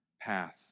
path